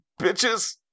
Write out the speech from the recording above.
bitches